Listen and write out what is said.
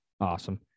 Awesome